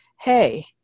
hey